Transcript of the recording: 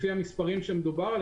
לפי המספרים עליהם מדובר,